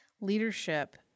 leadership